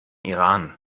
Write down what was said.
iran